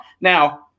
now